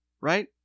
right